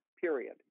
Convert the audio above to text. period